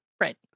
Right